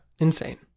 Insane